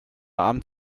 abend